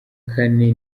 kane